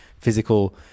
physical